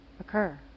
occur